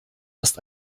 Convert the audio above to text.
hast